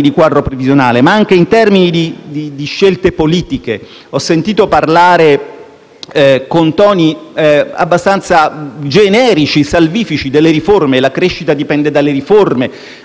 di quadro previsionale, ma anche di scelte politiche. Ho sentito parlare con toni abbastanza generici, salvifici delle riforme: la crescita dipende dalle riforme.